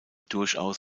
durchaus